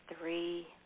Three